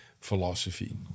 philosophy